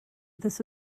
this